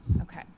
okay